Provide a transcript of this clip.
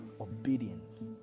Obedience